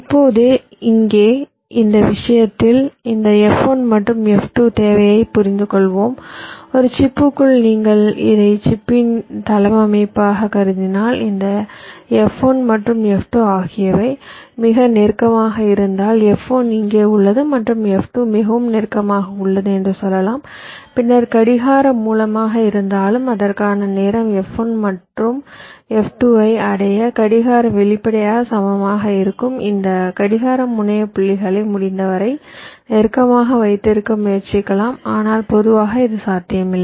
இப்போது இங்கே இந்த விஷயத்தில் இந்த F1 மற்றும் F2 தேவையைப் புரிந்துகொள்வோம் ஒரு சிப்புக்குள் நீங்கள் இதை சிப்பின் தளவமைப்பாகக் கருதினால் இந்த F1 மற்றும் F2 ஆகியவை மிக நெருக்கமாக இருந்தால் F1 இங்கே உள்ளது மற்றும் F2 மிகவும் நெருக்கமாக உள்ளது என்று சொல்லலாம் பின்னர் கடிகார மூலமாக இருந்தாலும் அதற்கான நேரம் F1 மற்றும் F2 ஐ அடைய கடிகாரம் வெளிப்படையாக சமமாக இருக்கும் இந்த கடிகார முனைய புள்ளிகளை முடிந்தவரை நெருக்கமாக வைத்திருக்க முயற்சிக்கலாம் ஆனால் பொதுவாக இது சாத்தியமில்லை